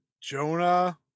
Jonah